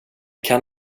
kan